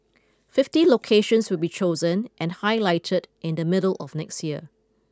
fifty locations will be chosen and highlighted in the middle of next year